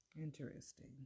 Interesting